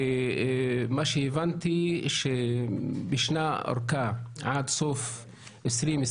מה שהבנתי, שישנה ארכה עד סוף 2022